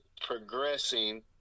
progressing